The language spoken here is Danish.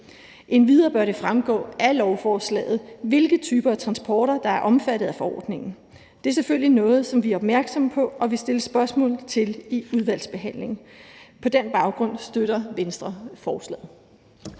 Endvidere bør det fremgå af lovforslaget, hvilke typer af transporter der er omfattet af forordningen. Det er selvfølgelig noget, som vi er opmærksomme på og vil stille spørgsmål til i udvalgsbehandlingen. På den baggrund støtter Venstre forslaget.